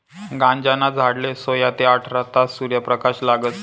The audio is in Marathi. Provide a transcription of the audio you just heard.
गांजाना झाडले सोया ते आठरा तास सूर्यप्रकाश लागस